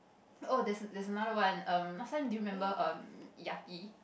oh there's there's another one um last time do you remember um Yaki